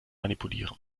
manipulieren